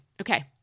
Okay